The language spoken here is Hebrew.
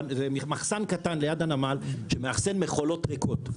מחסן קטן ליד הנמל שמאחסן מכולות ריקות.